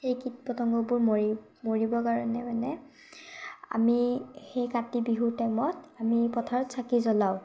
সেই কীট পতঙ্গবোৰ মৰি মৰিবৰ কাৰণে মানে আমি সেই কাতি বিহু টাইমত আমি পথাৰত চাকি জ্বলাওঁ